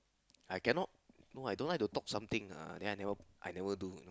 I cannot no I don't like to talk something ah then I never I never do you know